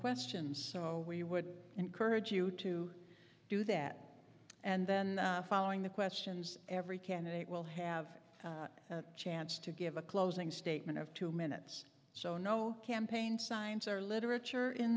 questions so we would encourage you to do that and then following the questions every candidate will have a chance to give a closing statement of two minutes so no campaign signs are literature in